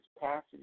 passage